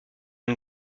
une